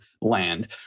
land